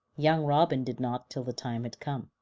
young robin did not till the time had come.